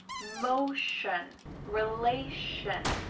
motion relation,